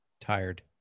Tired